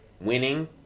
winning